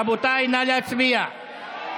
רבותיי, נא להצביע.